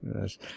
Yes